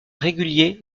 régulier